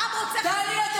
העם רוצה חזון --- תודה רבה.